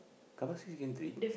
carpark C gantry